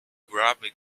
grabbing